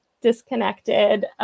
disconnected